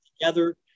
together